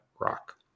rock